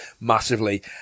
massively